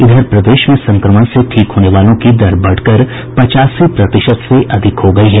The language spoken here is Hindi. इधर प्रदेश में संक्रमण से ठीक होने वालों की दर बढ़कर पचासी प्रतिशत से अधिक हो गयी है